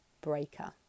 breaker